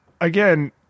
again